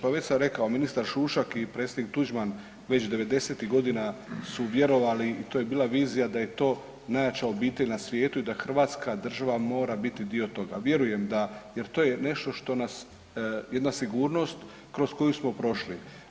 Pa već sam rekao, ministar Šušak i predsjednik Tuđman već devedesetih godina su vjerovali i to je bila vizija da je to najjača obitelj na svijetu i da Hrvatska država mora biti dio toga, a vjerujem da jer to je jedna sigurnost kroz koju smo prošli.